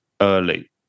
early